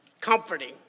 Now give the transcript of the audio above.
comforting